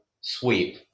Sweep